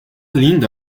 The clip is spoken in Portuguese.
lindo